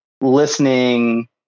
listening